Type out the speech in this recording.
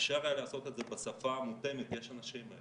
אפשר היה לעשות את זה בשפה המותאמת, יש אנשים.